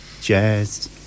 jazz